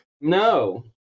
No